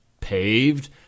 paved